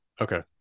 Okay